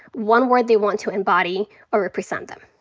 one word they want to embody or represent them.